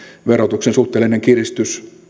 verotuksen suhteellinen kiristys